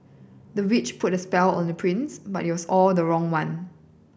the witch put a spell on the prince but it was all the wrong one